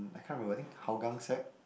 I can't remember I think Hougang sec